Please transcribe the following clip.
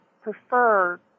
prefer